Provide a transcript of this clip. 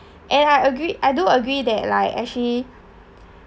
and I agree I do agree that like actually